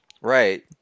Right